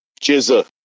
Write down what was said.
Jizza